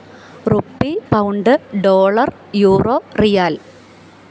rupee pound dollar euro riyal